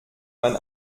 man